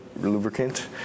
lubricant